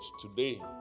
today